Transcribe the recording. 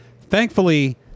thankfully